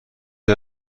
های